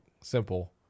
simple